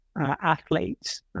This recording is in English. athletes